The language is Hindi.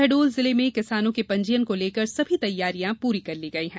शहडोल जिले में किसानो के पंजीयन को लेकर सभी तैयारियां पूरी कर ली गई हैं